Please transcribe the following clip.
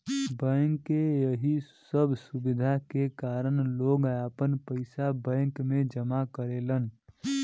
bank के यही सब सुविधा के कारन लोग आपन पइसा बैंक में जमा करेलन